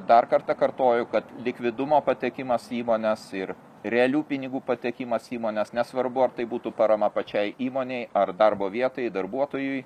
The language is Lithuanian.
dar kartą kartoju kad likvidumo patekimas į įmones ir realių pinigų patekimas įmones nesvarbu ar tai būtų parama pačiai įmonei ar darbo vietai darbuotojui